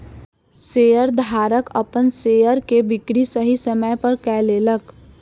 शेयरधारक अपन शेयर के बिक्री सही समय पर कय लेलक